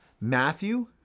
Matthew